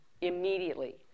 Immediately